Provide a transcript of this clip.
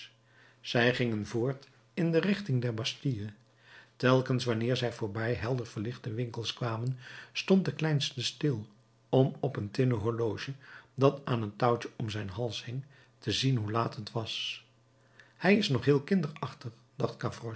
zij gingen voort in de richting der bastille telkens wanneer zij voorbij helder verlichte winkels kwamen stond de kleinste stil om op een tinnen horloge dat aan een touwtje om zijn hals hing te zien hoe laat het was hij is nog heel kinderachtig dacht